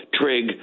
trig